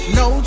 no